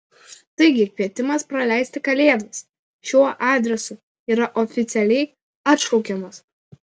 taigi kvietimas praleisti kalėdas šiuo adresu yra oficialiai atšaukiamas